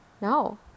No